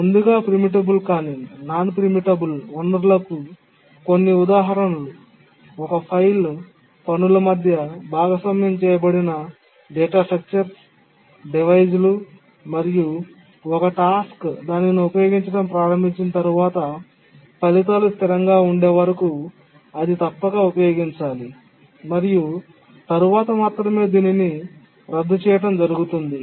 ముందుగా ప్రీమిటబుల్ కాని వనరులకు కొన్ని ఉదాహరణలు ఒక ఫైల్ పనుల మధ్య భాగస్వామ్యం చేయబడిన డేటాస్ట్రక్చర్ డివైస్లు మరియు ఒక టాస్క్ దానిని ఉపయోగించడం ప్రారంభించిన తర్వాత ఫలితాలు స్థిరంగా ఉండే వరకు అది తప్పక ఉపయోగించాలి మరియు తరువాత మాత్రమే దీనిని రద్దు చేయడం జరుగుతుంది